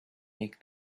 make